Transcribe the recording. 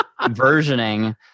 versioning